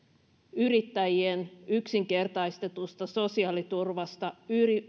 yrittäjien yksinkertaistetusta sosiaaliturvasta